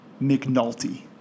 McNulty